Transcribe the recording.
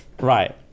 Right